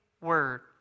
Word